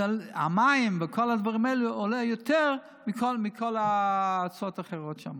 המים וכל הדברים האלו עולים יותר מכל ההוצאות האחרות שם.